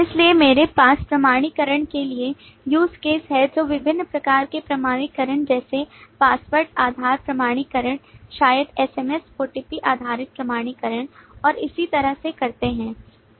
इसलिए मेरे पास प्रमाणीकरण के लिए use cases हैं जो विभिन्न प्रकार के प्रमाणीकरण जैसे पासवर्ड आधार प्रमाणीकरण शायद SMS OTP आधारित प्रमाणीकरण और इसी तरह से करते हैं